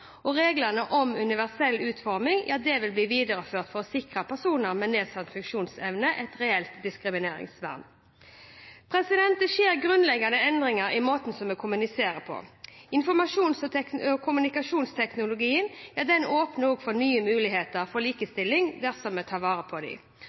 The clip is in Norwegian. Reglene om universell utforming vil bli videreført for å sikre personer med nedsatt funksjonsevne et reelt diskrimineringsvern. Det skjer grunnleggende endringer i måten vi kommuniserer på. Informasjons- og kommunikasjonsteknologien åpner for nye muligheter for